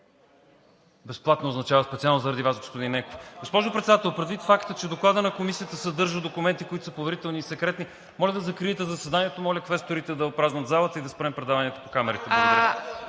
Безплатно означава специално заради Вас, господин Ненков. Госпожо Председател, предвид факта, че Докладът на Комисията съдържа документи, които са поверителни и секретни, моля да закриете заседанието, моля квесторите да опразнят залата и да спрем предаванията по камерите.